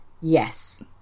Yes